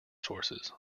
sources